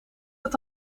het